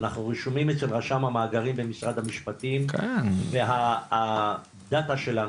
אנחנו שומעים את רשם המאגרים במשרד המשפטים והדטה שלנו,